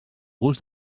gust